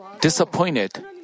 disappointed